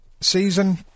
season